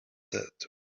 said